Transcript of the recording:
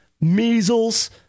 measles